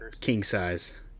king-size